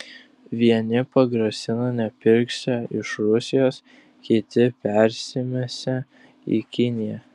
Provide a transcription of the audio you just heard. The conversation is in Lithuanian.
vieni pagrasina nepirksią iš rusijos kiti persimesią į kiniją